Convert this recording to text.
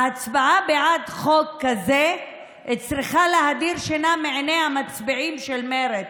ההצבעה בעד חוק כזה צריכה להדיר שינה מעיני המצביעים של מרצ.